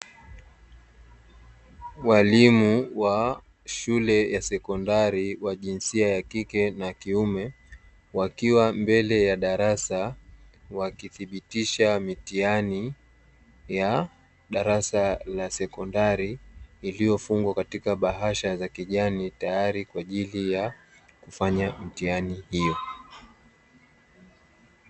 Walimu wa shule ya sekondari wa jinsia ya kike na kiume wakiwa mbele ya darasa wakithibitisha mitihani ya darasa la sekondari iliyofungwa katika bahasha za kijani tayari kwa ajili ya kufanya mitihani hiyo.